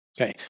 Okay